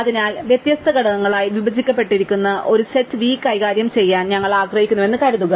അതിനാൽ വ്യത്യസ്ത ഘടകങ്ങളായി വിഭജിക്കപ്പെട്ടിരിക്കുന്ന ഒരു സെറ്റ് v കൈകാര്യം ചെയ്യാൻ ഞങ്ങൾ ആഗ്രഹിക്കുന്നുവെന്ന് കരുതുക